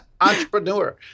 Entrepreneur